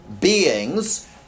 beings